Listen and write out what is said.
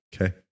Okay